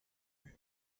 kühe